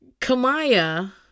Kamaya